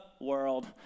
world